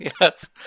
Yes